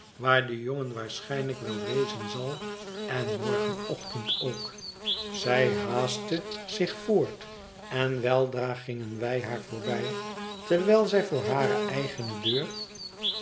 waar de jongen waarschijnlijk wel wezen zal en morgenochtend ook zij haastte zich voort en weldra gingen wij haar voorbij terwijl zij voor hare eigene deur